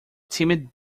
timid